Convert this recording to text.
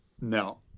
No